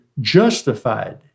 justified